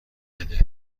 بده